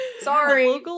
Sorry